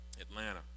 Atlanta